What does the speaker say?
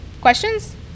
Questions